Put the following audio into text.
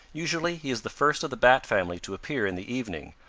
usually he is the first of the bat family to appear in the evening,